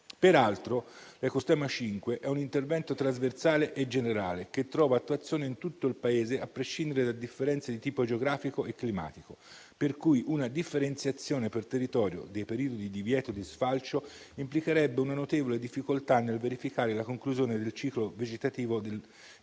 Peraltro, l'ecoschema 5 è un intervento trasversale e generale che trova attuazione in tutto il Paese, a prescindere da differenze di tipo geografico e climatico. Una differenziazione per territorio dei periodi di divieto di sfalcio implicherebbe quindi una notevole difficoltà nel verificare la conclusione del ciclo vegetativo del miscuglio